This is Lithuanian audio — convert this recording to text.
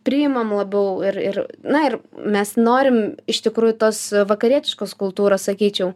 priimam labiau ir ir na ir mes norim iš tikrųjų tos vakarietiškos kultūros sakyčiau